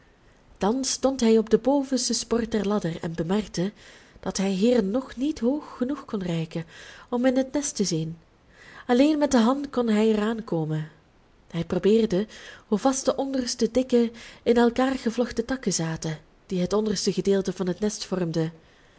thans stond hij op de bovenste sport der ladder en bemerkte dat hij hier nog niet hoog genoeg kon reiken om in het nest te zien alleen met de hand kon hij eraan komen hij probeerde hoe vast de onderste dikke in elkaar gevlochten takken zaten die het onderste gedeelte van het nest vormden